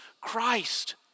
Christ